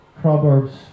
Proverbs